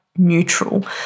neutral